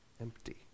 Empty